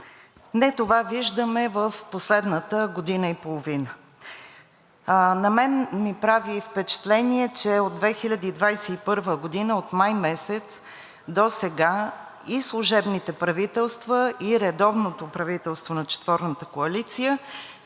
Не това виждаме в последната година и половина. На мен ми прави впечатление, че от 2021 г., от май месец досега, и служебните правителства, и редовното правителство на четворната коалиция,